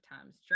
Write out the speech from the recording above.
times